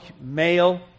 male